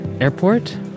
airport